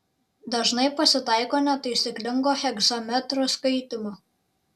dažnai pasitaiko netaisyklingo hegzametro skaitymo